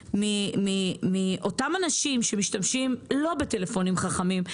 מאותם אנשים שלא משתמשים בטלפונים חכמים,